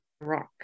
rock